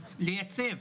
לייצב.